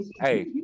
Hey